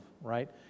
right